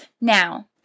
Now